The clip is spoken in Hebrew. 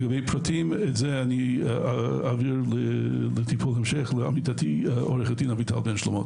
לגבי פרטים את זה אעביר לטיפול המשך לעמיתתי עו"ד אביטל בן שלמה.